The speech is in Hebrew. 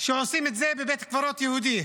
שעושים את זה בבית קברות יהודי